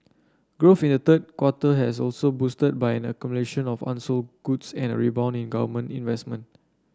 growth in the third quarter has also boosted by an accumulation of unsold goods and a rebound in government investment